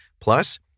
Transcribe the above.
Plus